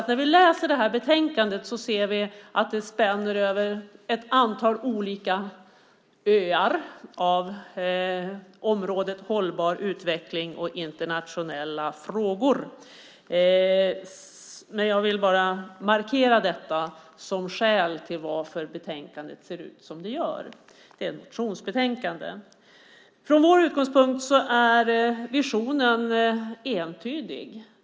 När vi läser betänkandet ser vi att det spänner över ett antal olika öar inom området hållbar utveckling och internationella frågor. Jag vill markera att det är skälet till att betänkandet ser ut som det gör. Det är alltså ett motionsbetänkande. Från vår utgångspunkt är visionen entydig.